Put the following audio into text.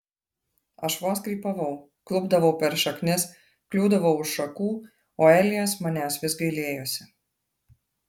aš vos krypavau klupdavau per šaknis kliūdavau už šakų o elijas manęs vis gailėjosi